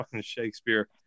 Shakespeare